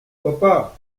papa